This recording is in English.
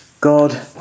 God